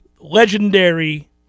Legendary